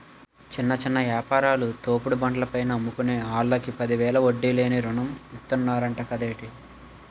చిన్న చిన్న యాపారాలు, తోపుడు బండ్ల పైన అమ్ముకునే ఆల్లకి పదివేలు వడ్డీ లేని రుణం ఇతన్నరంట కదేటి